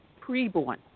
preborn